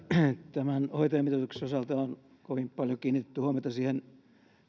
tämän hoitajamitoituksen osalta on kovin paljon kiinnitetty huomiota siihen